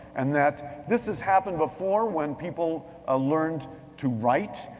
and that this has happened before when people ah learned to write,